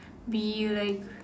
be like